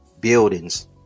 buildings